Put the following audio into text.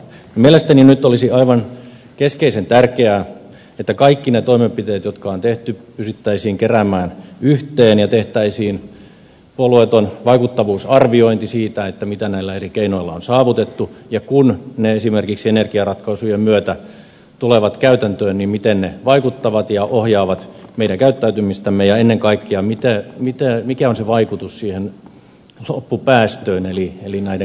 mielestäni nyt olisi aivan keskeisen tärkeää että kaikki ne toimenpiteet jotka on tehty pystyttäisiin keräämään yhteen ja tehtäisiin puolueeton vaikuttavuusarviointi siitä mitä näillä eri keinoilla on saavutettu ja kun ne esimerkiksi energiaratkaisujen myötä tulevat käytäntöön miten ne vaikuttavat ja ohjaavat meidän käyttäytymistämme ja ennen kaikkea mikä on se vaikutus loppupäästöön eli näiden kasvihuonepäästöjen määrään